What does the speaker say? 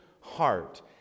heart